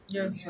Yes